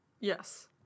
yes